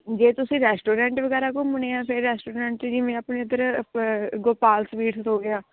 ਜੇ ਤੁਸੀਂ ਰੈਸਟੋਰੈਂਟ ਵਗੈਰਾ ਘੁੰਮਣੇ ਆ ਫਿਰ ਰੈਸਟੋਰੈਂਟ 'ਚ ਜਿਵੇਂ ਆਪਣੇ ਇੱਧਰ ਅ ਗੋਪਾਲ ਸਵੀਟਸ ਹੋ ਗਿਆ